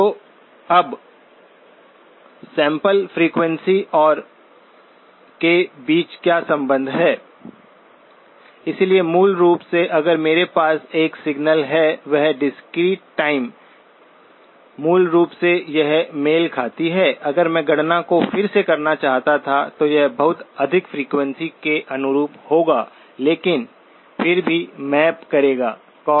तो अब sample frequency और के बीच संबंध क्या है इसलिए मूल रूप से अगर मेरे पास एक सिग्नल है एक डिस्क्रीट टाइम मूल रूप से यह मेल खाती है अगर मैं गणना को फिर से करना चाहता था तो यह बहुत अधिक फ्रीक्वेंसी के अनुरूप होगा लेकिन फिर भी मैप करेगा cos2π3n